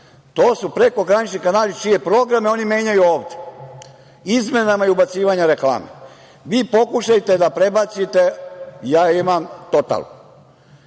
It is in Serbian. to su prekogranični kanali čije programe oni menjaju ovde, izmenama i ubacivanjem reklama. Vi pokušajte da prebacite, a ja na